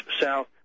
south